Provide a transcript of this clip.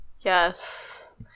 Yes